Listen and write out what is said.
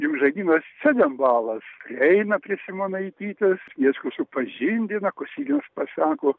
jumžaginas cedenbalas eina prie simonaitytės sniečkus supažindina kosyginas pasako